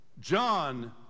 John